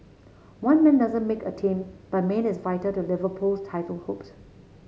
one man doesn't make a team but Mane is vital to Liverpool's title hopes